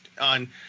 on